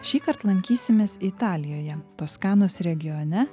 šįkart lankysimės italijoje toskanos regione